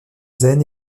zen